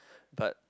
but